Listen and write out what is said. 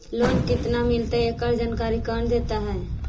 Loan केत्ना मिलतई एकड़ जानकारी कौन देता है?